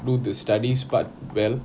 do the studies part well